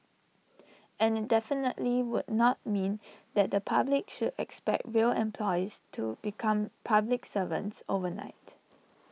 and IT definitely would not mean that the public should expect rail employees to become public servants overnight